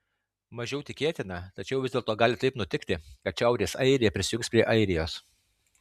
mažiau tikėtina tačiau vis dėlto gali taip nutikti kad šiaurės airija prisijungs prie airijos